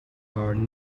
are